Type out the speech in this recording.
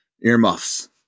earmuffs